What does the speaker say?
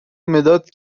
مداد